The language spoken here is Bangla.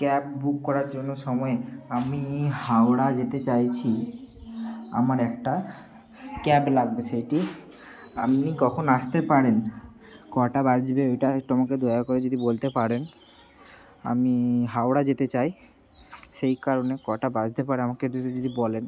ক্যাব বুক করার জন্য সময়ে আমি হাওড়া যেতে চাইছি আমার একটা ক্যাব লাগবে সেইটি আপনি কখন আসতে পারেন কটা বাজবে ওইটা একটু আমাকে দয়া করে যদি বলতে পারেন আমি হাওড়া যেতে চাই সেই কারণে কটা বাজতে পারে আমাকে একটু যদি বলেন